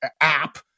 app